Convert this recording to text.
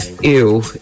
Ew